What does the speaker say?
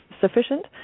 sufficient